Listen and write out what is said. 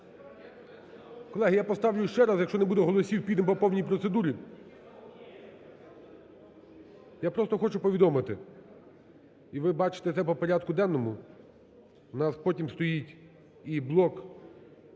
Колеги, я поставлю ще раз, якщо не буде голосів, підемо по повній процедурі. Я просто хочу повідомити і ви бачите це по порядку денному, у нас потім стоїть і блок